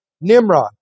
Nimrod